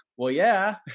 well, yeah,